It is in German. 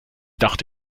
dachte